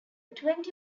twenty